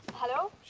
hello.